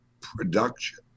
production